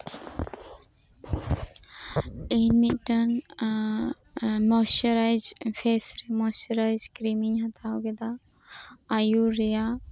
ᱤᱧ ᱢᱤᱫᱴᱟᱱ moisturise fresh moisturise ᱠᱨᱤᱢᱤᱧ ᱦᱟᱛᱟᱣ ᱠᱮᱫᱟ ᱟᱭᱳ ᱨᱮᱭᱟᱜ